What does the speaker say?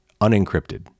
unencrypted